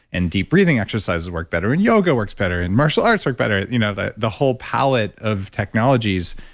and deep breathing exercises work better, and yoga works better, and martial arts work better. you know the the whole pallet of technologies.